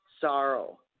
sorrow